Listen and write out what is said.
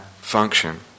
function